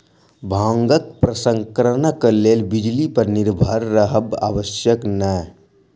भांगक प्रसंस्करणक लेल बिजली पर निर्भर रहब आवश्यक नै